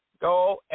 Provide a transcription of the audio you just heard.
go